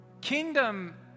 kingdom